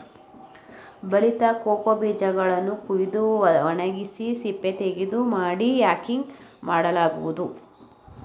ಬಲಿತ ಕೋಕೋ ಬೀಜಗಳನ್ನು ಕುಯ್ದು ಒಣಗಿಸಿ ಸಿಪ್ಪೆತೆಗೆದು ಮಾಡಿ ಯಾಕಿಂಗ್ ಮಾಡಲಾಗುವುದು